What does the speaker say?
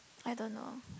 I don't know